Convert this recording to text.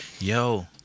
Yo